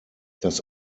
das